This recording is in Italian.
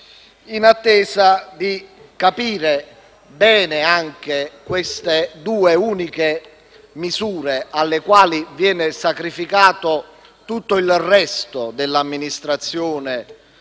in attesa di capire bene come funzioneranno queste due uniche misure, alle quali viene sacrificato tutto il resto dell'amministrazione